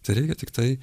tereikia tiktai